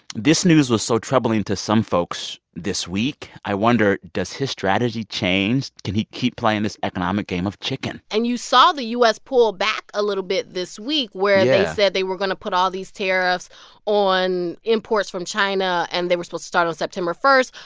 this news was so troubling to some folks this week, i wonder does his strategy change? can he keep playing this economic game of chicken? and you saw the u s. pull back a little bit this week, where they said. yeah. they were going to put all these tariffs on imports from china, and they were supposed start on september one.